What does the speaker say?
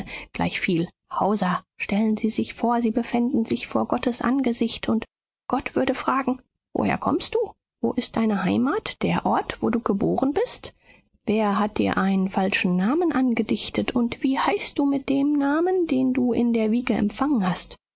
gleichviel hauser stellen sie sich vor sie befänden sich vor gottes angesicht und gott würde fragen woher kommst du wo ist deine heimat der ort wo du geboren bist wer hat dir einen falschen namen angedichtet und wie heißt du mit dem namen den du in der wiege empfangen hast